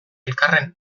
elkarren